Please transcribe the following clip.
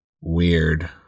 Weird